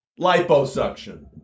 Liposuction